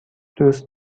دوست